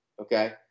okay